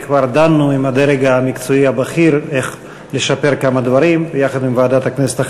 כבר דנו עם הדרג המקצועי הבכיר איך לשפר כמה דברים ביחד עם ועדת הכנסת,